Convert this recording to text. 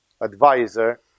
advisor